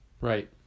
Right